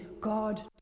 God